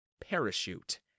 parachute